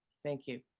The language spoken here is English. thank you.